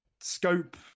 scope